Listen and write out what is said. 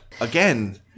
Again